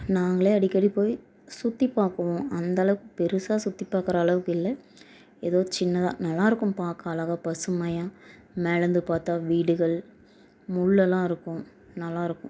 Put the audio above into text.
நாங்களே அடிக்கடி போய் சுற்றி பார்க்குவோம் அந்தளவுக்கு பெருசாக சுற்றி பார்க்குற அளவுக்கு இல்லை எதோ சின்னதாக நல்லாருக்கும் பார்க்க அழகாக பசுமையாக மேலேந்து பார்த்தா வீடுகள் முள்ளெல்லாம் இருக்கும் நல்லாருக்கும்